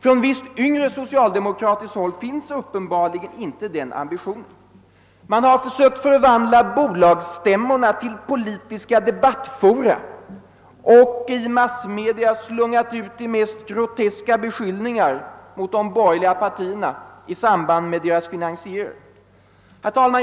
På visst yngre socialdemokratiskt håll finns uppenbarligen inte den ambitionen. Man har försökt förvandla bolagsstämmorna till politiska debattfora och i massmedia slungat ut de mest groteska beskyllningar mot de borgerliga partierna i samband med deras finansiering.